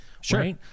Sure